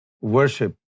worship